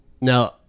now